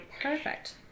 Perfect